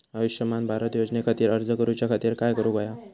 आयुष्यमान भारत योजने खातिर अर्ज करूच्या खातिर काय करुक होया?